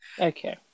Okay